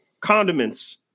condiments